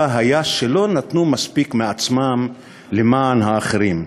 היה שלא נתנו מספיק מעצמם למען האחרים,